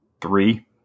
three